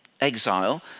exile